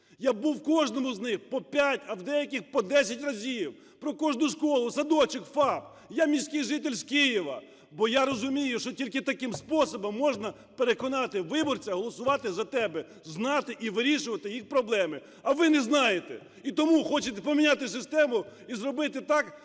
Я був в кожному з них по 5, а в деяких по 10 разів. Про кожну школу, садочок, ФАП. Я, міський житель з Києва. Бо я розумію, що тільки таким способом можна переконати виборця голосувати за тебе, знати і вирішувати їх проблеми. А ви не знаєте. І тому хочете поміняти систему і зробити так,